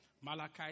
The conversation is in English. Malachi